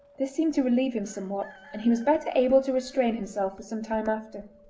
this seemed to relieve him somewhat, and he was better able to restrain himself for some time after.